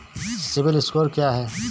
CIBIL score क्या है?